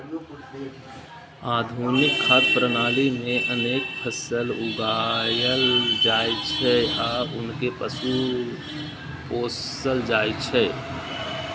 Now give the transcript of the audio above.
आधुनिक खाद्य प्रणाली मे अनेक फसल उगायल जाइ छै आ अनेक पशु पोसल जाइ छै